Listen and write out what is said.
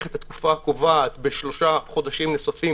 את התקופה הקובעת בשלושה חודשים נוספים